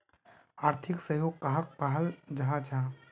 आर्थिक सहयोग कहाक कहाल जाहा जाहा?